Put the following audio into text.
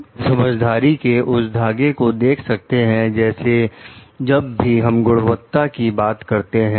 हम समझदारी के उस धागे को देख सकते हैं जैसे जब भी हम गुणवत्ता की बात करते हैं